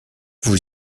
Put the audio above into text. vous